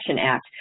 Act